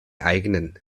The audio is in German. eigenen